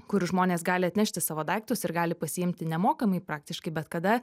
kur žmonės gali atnešti savo daiktus ir gali pasiimti nemokamai praktiškai bet kada